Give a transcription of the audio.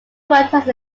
worked